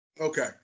Okay